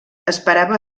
esperava